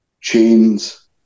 Chains